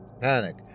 panic